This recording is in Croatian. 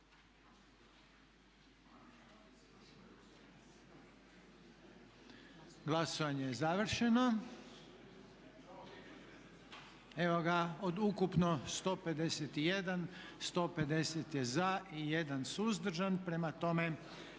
Glasovanje je završeno. Evo ga od ukupno 151 150 je za i 1 suzdržan. Prema tome